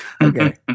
Okay